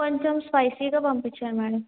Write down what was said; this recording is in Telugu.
కొంచెం స్పైసీగా పంపించండి మేడం